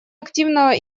активно